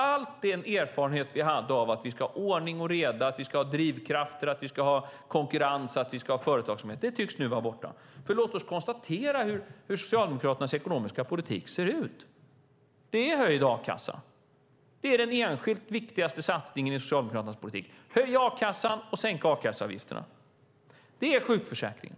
All den erfarenhet vi hade av att vi ska ha ordning och reda, drivkrafter, konkurrens och företagsamhet tycks nu vara borta. Låt oss konstatera hur Socialdemokraternas ekonomiska politik ser ut. Det är höjd a-kassa. Den enskilt viktigaste satsningen i Socialdemokraternas politik är att höja ersättningen från a-kassan och sänka avgifterna. Det är sjukförsäkringen.